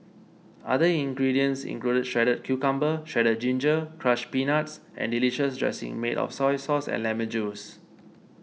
other ingredients include shredded cucumber shredded ginger crushed peanuts and delicious dressing made of soy sauce and lemon juice